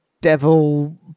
devil